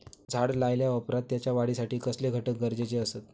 झाड लायल्या ओप्रात त्याच्या वाढीसाठी कसले घटक गरजेचे असत?